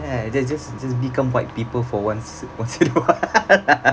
ya just just become white people for once once in a while